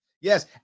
Yes